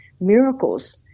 miracles